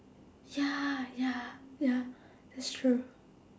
ya ya ya that's true